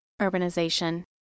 urbanization